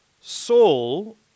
Saul